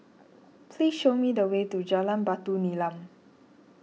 please show me the way to Jalan Batu Nilam